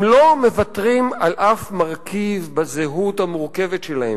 הם לא מוותרים על אף מרכיב בזהות המורכבת שלהם.